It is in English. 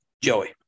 Joey